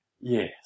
Yes